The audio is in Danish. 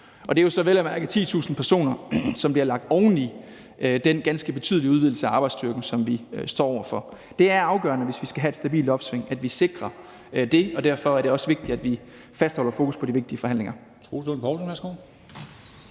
Det er så vel at mærke 10.000 personer, som bliver lagt oven i den ganske betydelige udvidelse af arbejdsstyrken, som vi står over for. Det er afgørende, hvis vi skal have et stabilt opsving, at vi sikrer det, og derfor er det også vigtigt, at vi fastholder fokus på de vigtige forhandlinger.